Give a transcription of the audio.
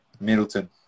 Middleton